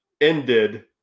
ended